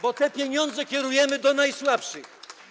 bo te pieniądze kierujemy do najsłabszych.